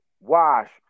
wash